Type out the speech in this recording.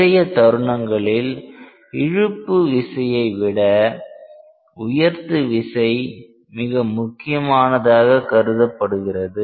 நிறைய தருணங்களில் இழுப்பு விசையை விட உயர்த்து விசை மிக முக்கியமானதாக கருதப்படுகிறது